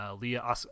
Leah